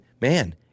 man